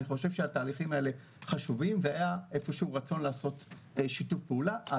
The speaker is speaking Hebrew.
התהליכים האלה חשובים והיה רצון לעשות שיתוף פעולה.